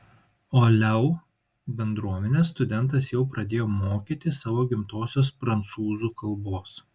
o leu bendruomenę studentas jau pradėjo mokyti savo gimtosios prancūzų kalbos